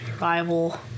rival